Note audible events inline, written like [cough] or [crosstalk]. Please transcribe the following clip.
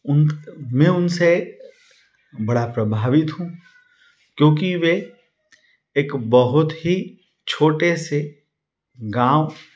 [unintelligible] मैं उनसे बड़ा प्रभावित हूँ क्योंकि वह एक बहुत ही छोटे से गाँव